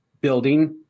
building